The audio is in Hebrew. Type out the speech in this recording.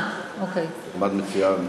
את מציעה?